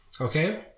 Okay